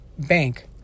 Bank